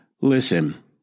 Listen